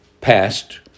passed